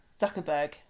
Zuckerberg